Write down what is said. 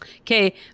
okay